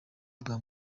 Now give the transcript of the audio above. bwa